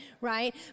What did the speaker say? right